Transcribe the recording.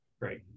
Great